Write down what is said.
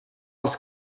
els